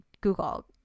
Google